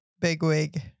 Bigwig